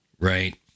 right